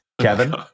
kevin